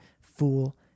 fool